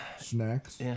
Snacks